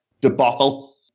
debacle